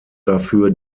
dafür